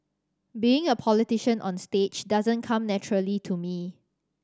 being a politician onstage doesn't come naturally to me